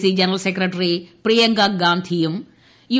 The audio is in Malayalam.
സി ജനറൽ സെക്രട്ടറി പ്രിയങ്കാ ഗാന്ധിക്കും യു